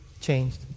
changed